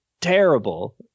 terrible